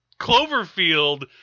Cloverfield